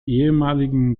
ehemaligen